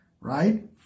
right